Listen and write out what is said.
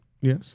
Yes